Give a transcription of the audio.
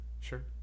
sure